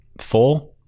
four